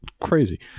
Crazy